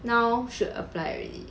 now should apply already